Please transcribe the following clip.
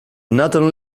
nathan